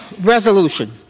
resolution